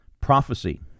prophecy